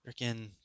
freaking